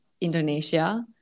Indonesia